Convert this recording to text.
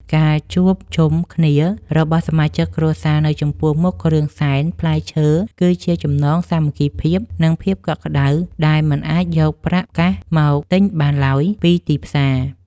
ការជួបជុំគ្នារបស់សមាជិកគ្រួសារនៅចំពោះមុខគ្រឿងសែនផ្លែឈើគឺជាចំណងសាមគ្គីភាព និង ភាពកក់ក្តៅដែលមិនអាចយកប្រាក់កាសមកទិញបានឡើយពីទីផ្សារ។